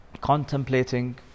Contemplating